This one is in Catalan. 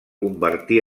convertí